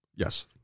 Yes